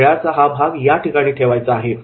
खेळाचा हा भाग याठिकाणी ठेवायचा आहे